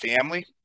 family